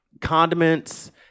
condiments